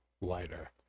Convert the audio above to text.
lighter